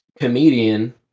comedian